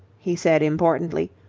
he said importantly,